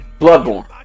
Bloodborne